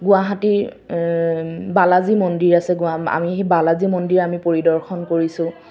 গুৱাহাটীৰ বালাজী মন্দিৰ আছে আমি সেই বালাজী মন্দিৰ আমি পৰিদৰ্শন কৰিছোঁ